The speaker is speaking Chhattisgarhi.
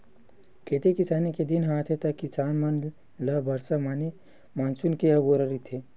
खेती किसानी के दिन ह आथे त किसान मन ल बरसा माने मानसून के अगोरा रहिथे